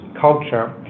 Culture